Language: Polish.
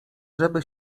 żeby